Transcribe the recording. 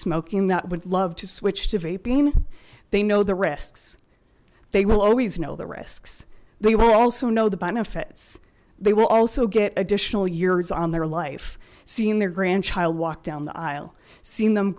smoking that would love to switch to vaping they know the risks they will always know the risks they will also know the benefits they will also get additional years on their life seeing their grandchild walk down the aisle seeing them